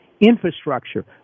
infrastructure